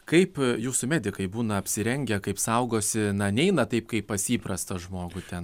kaip jūsų medikai būna apsirengę kaip saugosi na neina taip kaip pas įprastė žmogų ten